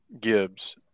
Gibbs